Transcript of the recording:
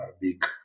big